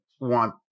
want